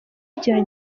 ikintu